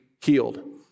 healed